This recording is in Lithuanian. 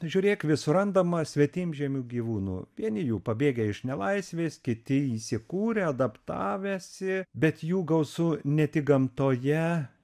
žiūrėk vis randama svetimžemių gyvūnų vieni jų pabėgę iš nelaisvės kiti įsikūrę adaptavęsi bet jų gausu ne tik gamtoje